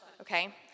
okay